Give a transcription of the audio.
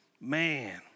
Man